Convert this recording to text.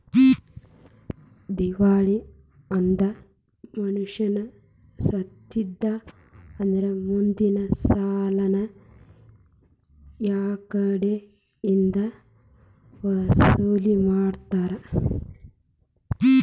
ದಿವಾಳಿ ಅದ್ ಮನಷಾ ಸತ್ತಿದ್ದಾ ಅಂದ್ರ ಮುಂದಿನ್ ಸಾಲಾನ ಯಾರ್ಕಡೆಇಂದಾ ವಸೂಲಿಮಾಡ್ತಾರ?